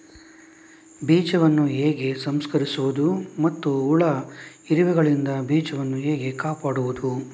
ಬೀಜವನ್ನು ಹೇಗೆ ಸಂಸ್ಕರಿಸುವುದು ಮತ್ತು ಹುಳ, ಇರುವೆಗಳಿಂದ ಬೀಜವನ್ನು ಹೇಗೆ ಕಾಪಾಡುವುದು?